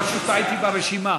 טעיתי ברשימה,